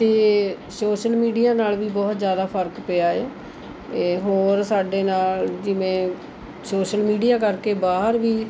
ਅਤੇ social media ਨਾਲ਼ ਵੀ ਬਹੁਤ ਜ਼ਿਆਦਾ ਫ਼ਰਕ ਪਿਆ ਏ ਏ ਹੋਰ ਸਾਡੇ ਨਾਲ਼ ਜਿਵੇ ਸੋਸਲ ਮੀਡੀਆ ਕਰਕੇ ਬਾਹਰ ਵੀ